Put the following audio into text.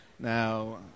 Now